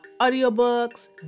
audiobooks